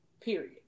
Period